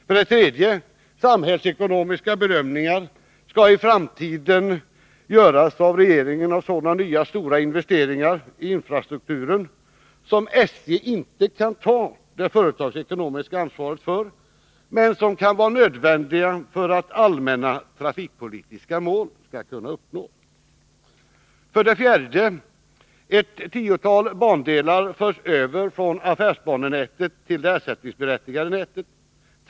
För det tredje skalli framtiden samhällsekonomiska bedömningar göras av regeringen när det gäller sådana nya, stora investeringar i infrastrukturen som SJ inte kan ta det företagsekonomiska ansvaret för, men som kan vara nödvändiga för att allmänna trafikpolitiska mål skall uppnås. För det fjärde förs ett tiotal bandelar över från affärsbanenätet till det ersättningsberättigade nätet.